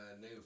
new